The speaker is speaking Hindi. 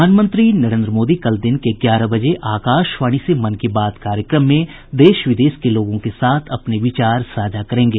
प्रधानमंत्री नरेन्द्र मोदी कल दिन के ग्यारह बजे आकाशवाणी से मन की बात कार्यक्रम में देश विदेश के लोगों के साथ अपने विचार साझा करेंगे